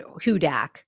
Hudak